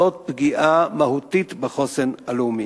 זאת פגיעה מהותית בחוסן הלאומי.